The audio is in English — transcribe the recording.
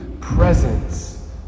presence